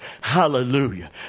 hallelujah